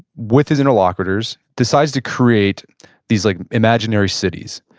with his interlocutors, decides to create these like imaginary cities.